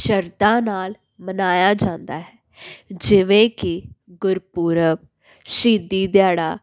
ਸ਼ਰਧਾ ਨਾਲ ਮਨਾਇਆ ਜਾਂਦਾ ਹੈ ਜਿਵੇਂ ਕਿ ਗੁਰਪੁਰਬ ਸ਼ਹੀਦੀ ਦਿਹਾੜਾ